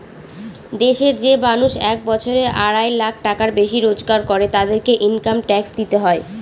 দেশের যে মানুষ এক বছরে আড়াই লাখ টাকার বেশি রোজগার করে, তাদেরকে ইনকাম ট্যাক্স দিতে হয়